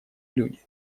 люди